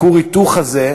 כור ההיתוך הזה,